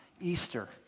Easter